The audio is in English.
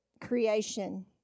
creation